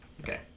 Okay